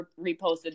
reposted